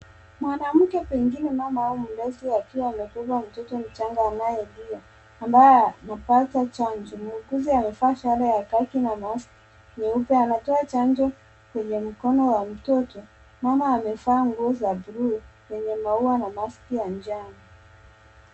Mwanamke pengine mama au mlezi akiwa amebeba mtoto mchanga anayelia ambaye anapata chanjo. Muuguzi amevaa sare ya khaki na mask nyeupe anatoa chanjo kwenye mkono wa mtoto ,mama amevaa nguo za bluu yenye maua na maski ya njano.